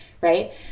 right